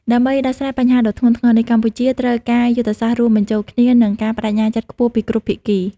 ដើម្បីដោះស្រាយបញ្ហាដ៏ធ្ងន់ធ្ងរនេះ កម្ពុជាត្រូវការយុទ្ធសាស្ត្ររួមបញ្ចូលគ្នា និងការប្តេជ្ញាចិត្តខ្ពស់ពីគ្រប់ភាគី។